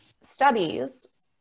studies